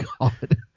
God